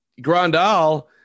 Grandal